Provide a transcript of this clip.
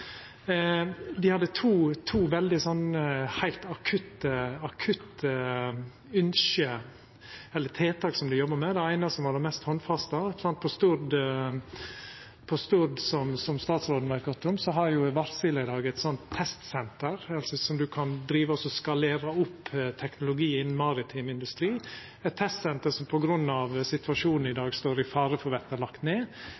Dei hadde to heilt akutte tiltak som dei jobba med. Det eine var det mest handfaste: På Stord, som statsråden veit godt om, har Wärtsilä lagd eit testsenter der ein kan skalera opp teknologi innan maritim industri. Det er eit testsenter som på grunn av situasjonen i dag står i fare for å verta lagd ned,